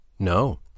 No